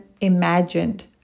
imagined